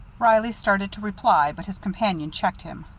reilly started to reply, but his companion checked him.